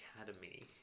Academy